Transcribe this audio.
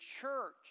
church